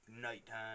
Nighttime